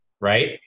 right